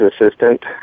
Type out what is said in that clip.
assistant